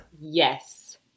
Yes